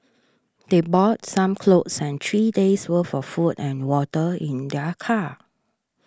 they brought some clothes and three days' worth of food and water in their car